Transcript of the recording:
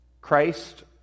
Christ